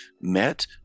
met